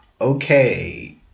okay